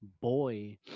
boy